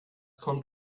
kommt